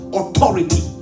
authority